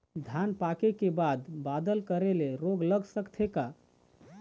धान पाके के बाद बादल करे ले रोग लग सकथे का?